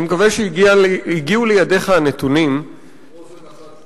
אני מקווה שהגיעו לידיך הנתונים, אוזן אחת שומעת,